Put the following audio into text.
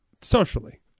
socially